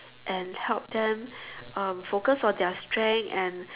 and help them um focus on their strength and